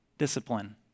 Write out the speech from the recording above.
discipline